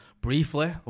briefly